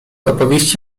opowieści